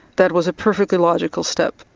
that was a perfectly logical step.